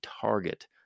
target